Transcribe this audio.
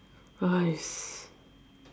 !hais!